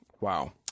Wow